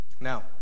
now